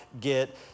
get